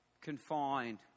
confined